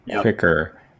quicker